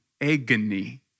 agony